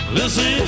Listen